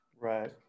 Right